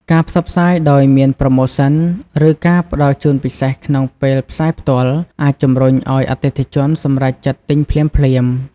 ការផ្សព្វផ្សាយដោយមានប្រូម៉ូសិន ឬការផ្តល់ជូនពិសេសក្នុងពេលផ្សាយផ្ទាល់ អាចជំរុញឲ្យអតិថិជនសម្រេចចិត្តទិញភ្លាមៗ។